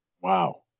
Wow